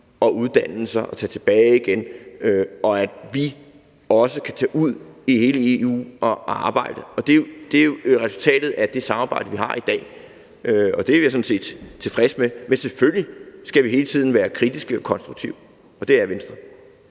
og uddanne sig og tage tilbage igen, og at vi også kan tage ud i hele EU og arbejde. Det er jo resultatet af det samarbejde, som man har i dag, og det er vi sådan set tilfredse med. Men selvfølgelig skal vi hele tiden være kritiske og konstruktive, og det er Venstre.